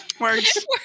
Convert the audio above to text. Words